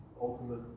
ultimate